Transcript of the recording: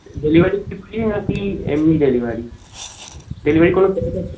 delivery কি free নাকি এমনি ডেলিভারি ডেলিভারির কোনো আছে